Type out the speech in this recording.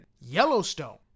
yellowstone